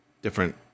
Different